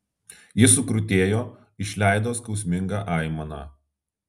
jis sukrutėjo išleido skausmingą aimaną